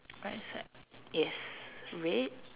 right aside yes red